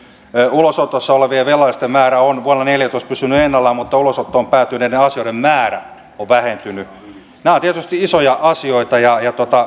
ulosotossa olevien velallisten määrä on vuonna neljätoista pysynyt ennallaan mutta ulosottoon päätyneiden asioiden määrä on vähentynyt nämä ovat tietysti isoja asioita ja näihin